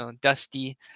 dusty